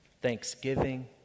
Thanksgiving